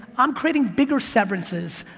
i'm creating bigger severances,